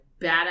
badass